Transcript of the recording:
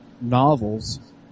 novels